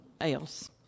else